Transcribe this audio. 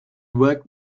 worked